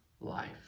life